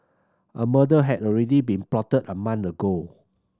a murder had already been plotted a month ago